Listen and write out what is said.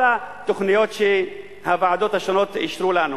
התוכניות שהוועדות השונות אישרו לנו.